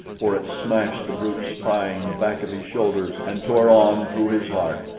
for it smashed the brute's spine back of his shoulders and tore on through his heart,